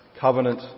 covenant